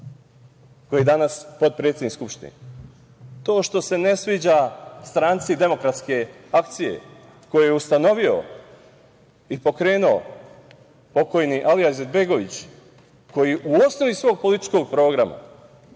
koji je danas potpredsednik Skupštine. To što se ne sviđa Stranci demokratske akcije, koju je ustanovio i pokrenuo pokojni Alija Izetbegović, koji je u osnovi svog političkog programa